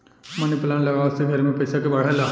मनी plant लागवे से घर में पईसा के बढ़ेला